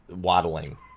waddling